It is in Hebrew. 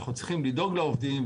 אנחנו צריכים לדאוג לעובדים,